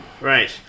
Right